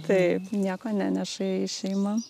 taip nieko neneša į šeimą